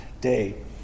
day